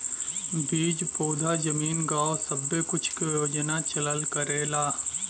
बीज पउधा जमीन गाव सब्बे कुछ के योजना चलल करेला